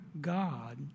God